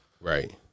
Right